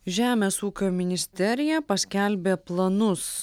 žemės ūkio ministerija paskelbė planus